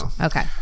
Okay